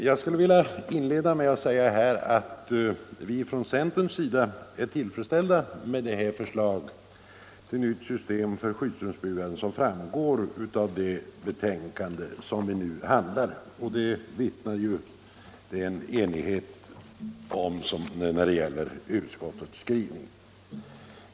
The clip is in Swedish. Herr talman! Jag vill inleda med att säga att vi från centerns sida är tillfredsställda med det förslag till nytt system för skyddsrumsbyggande som behandlas i det nu aktuella betänkandet. Om det vittnar den enighet som föreligger i fråga om utskottets skrivning.